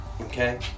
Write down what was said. okay